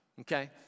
okay